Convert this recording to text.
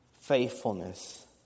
Faithfulness